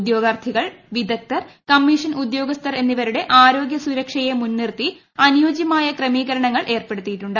ഉദ്യോഗാർത്ഥികൾ വിദഗ്ധർ കമ്മീഷൻ ഉദ്യോഗസ്ഥർ എന്നിവരുടെ ആരോഗൃ സുരക്ഷയെ മുൻനിർത്തി അനുയോജ്യമായ ക്രമീകരണങ്ങൾ ഏർപ്പെടുത്തിയിട്ടുണ്ട്